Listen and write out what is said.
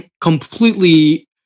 completely